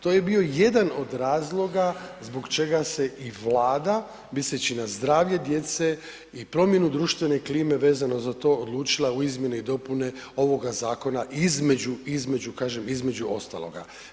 To je bio jedan od razloga zbog čega se i Vlada misleći na zdravlje djece i promjenu društvene klime vezano za odlučila u izmjene i dopune ovoga zakona između, kažem, između ostaloga.